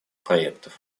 проектов